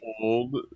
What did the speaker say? old